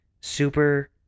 Super